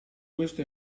questo